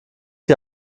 die